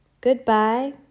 Goodbye